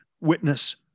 witness